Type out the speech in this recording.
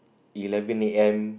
eleven A_M